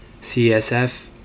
CSF